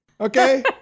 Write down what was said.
Okay